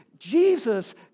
Jesus